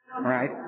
right